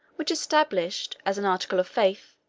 which established, as an article of faith,